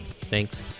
thanks